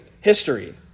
history